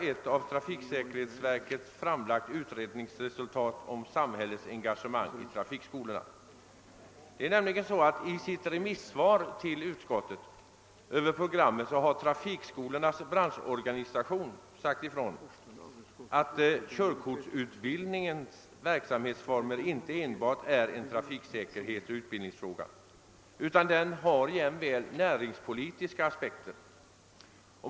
I sitt remissvar över programmet framhöll trafikskolornas branschorganisation att körkortsutbildningens verksamhetsformer inte enbart är en trafiksäkerhetsoch utbildningsfråga utan att de jämväl har näringspolitiska aspekter.